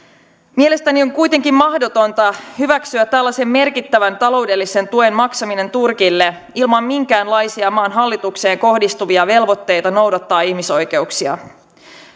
mielestäni on kuitenkin mahdotonta hyväksyä tällaisen merkittävän taloudellisen tuen maksaminen turkille ilman minkäänlaisia maan hallitukseen kohdistuvia velvoitteita noudattaa ihmisoikeuksia